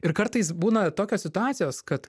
ir kartais būna tokios situacijos kad